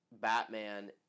Batman